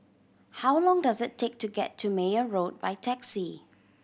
how long does it take to get to Meyer Road by taxi